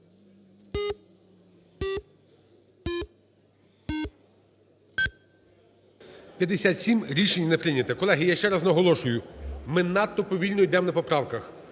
За-57 Рішення не прийняте. Колеги, я ще раз наголошую: ми надто повільно йдемо на поправках.